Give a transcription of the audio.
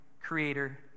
creator